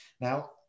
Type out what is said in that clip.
Now